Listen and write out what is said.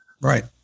Right